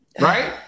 right